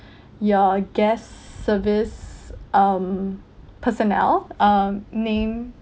your guest service um personnel um named